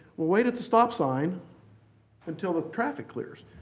wait at the stop sign until the traffic clears.